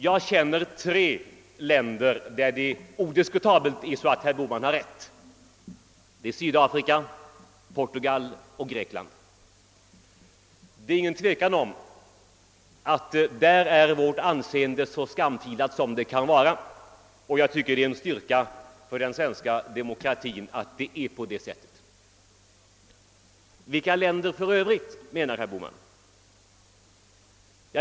Jag känner tre länder beträffande vilka herr Bohman odiskutabelt har rätt: Sydafrika, Portugal och Grekland. Det finns inte något tvivel om att vårt anseende där är så skamfilat som det kan vara, och jag tycker att det är en styrka för den svenska demokratin att det är på det sättet. Vilka länder för övrigt menar herr Bohman?